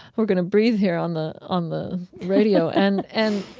we're going to breath here on the on the radio. and and